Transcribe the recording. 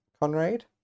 Conrad